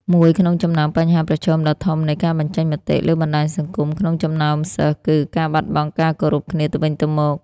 មួយក្នុងចំណោមបញ្ហាប្រឈមដ៏ធំនៃការបញ្ចេញមតិលើបណ្ដាញសង្គមក្នុងចំណោមសិស្សគឺ ការបាត់បង់ការគោរពគ្នាទៅវិញទៅមក។